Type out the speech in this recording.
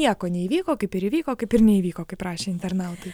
nieko neįvyko kaip ir įvyko kaip ir neįvyko kaip rašė internautai